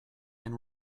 and